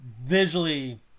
visually –